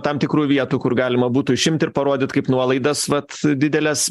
tam tikrų vietų kur galima būtų išimt ir parodyt kaip nuolaidas vat dideles